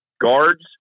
guards